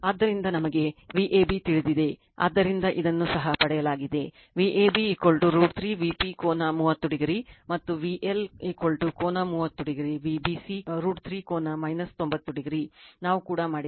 ಆದ್ದರಿಂದ ನಮಗೆ Vab ತಿಳಿದಿದೆ ಆದ್ದರಿಂದ ಇದನ್ನು ಸಹ ಪಡೆಯಲಾಗಿದೆVab √ 3 Vp ಕೋನ 30o ಮತ್ತು VL ಕೋನ 30o Vbc √ 3ಕೋನ 90o ನಾವು ಕೂಡ ಮಾಡಿದ್ದೇವೆ